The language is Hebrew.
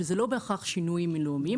שאלו לא בהכרח שינויים בינלאומיים,